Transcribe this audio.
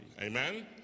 Amen